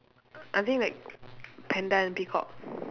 I think like panda and peacock